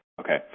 Okay